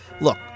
look